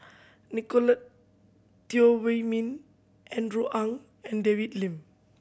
Nicolette Teo Wei Min Andrew Ang and David Lim